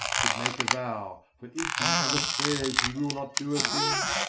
should make a vow, for if he ever swears he will not do a thing,